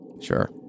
Sure